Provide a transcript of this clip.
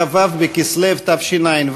כמו כן,